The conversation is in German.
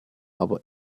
aber